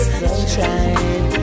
sunshine